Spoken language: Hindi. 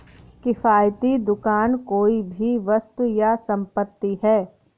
किफ़ायती दुकान कोई भी वस्तु या संपत्ति है